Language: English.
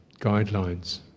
guidelines